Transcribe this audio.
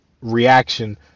reaction